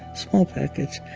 small package.